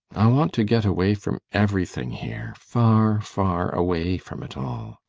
i want to get away from everything here far, far away from it all.